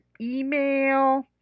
email